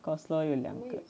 of course lor 有两个